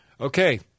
Okay